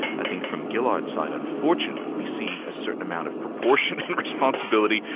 i think from gillard's side, unfortunately, we see a certain amount of proportion and responsibility,